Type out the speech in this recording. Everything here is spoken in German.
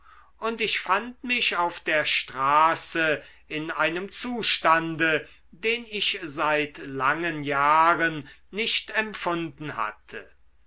und ich fand mich auf der straße in einem zustande den ich seit langen jahren nicht empfunden hatte